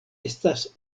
estas